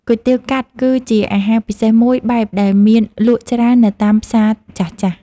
គុយទាវកាត់គឺជាអាហារពិសេសមួយបែបដែលមានលក់ច្រើននៅតាមផ្សារចាស់ៗ។